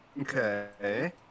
Okay